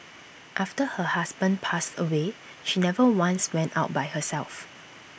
after her husband passed away she never once went out by herself